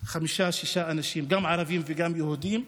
חמישה-שישה אנשים, גם ערבים וגם יהודים,